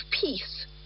peace